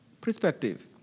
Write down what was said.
perspective